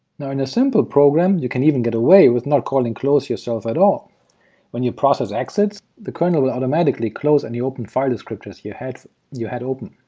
now in a simple program, you can even get away with not calling close two yourself at all when your process exits, the kernel will automatically close any open file descriptors you had you had open,